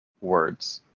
words